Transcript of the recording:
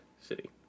city